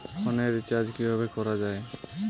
ফোনের রিচার্জ কিভাবে করা যায়?